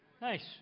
Nice